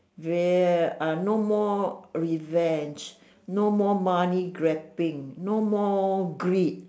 ver~ ah no more revenge no more money grabbing no more greed